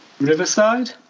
Riverside